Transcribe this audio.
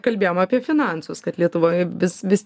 kalbėjom apie finansus kad lietuvoje vis vis